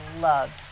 loved